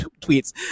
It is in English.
tweets